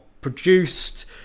produced